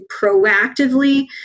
proactively